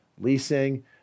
leasing